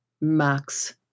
Max